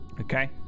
Okay